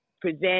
present